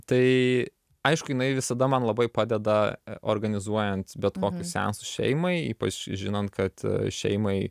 tai aišku jinai visada man labai padeda organizuojant bet kokius seansus šeimai ypač žinant kad šeimai